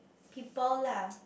people lah